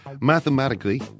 Mathematically